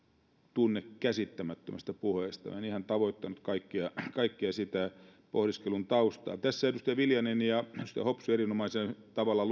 tunne käsittämättömästä puheesta minä en ihan tavoittanut kaikkea sitä pohdiskelun taustaa tässä edustaja viljanen ja edustaja hopsu erinomaisella tavalla